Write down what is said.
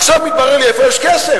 עכשיו מתברר לי איפה יש כסף.